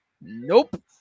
Nope